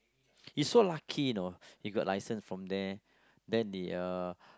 he's so lucky you know he got license from there then they uh